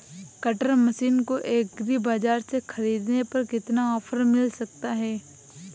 Cutter machine को agri बाजार से ख़रीदने पर कितना ऑफर मिल सकता है?